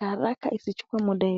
haraka isichukue muda.